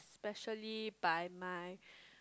specially by my